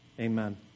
Amen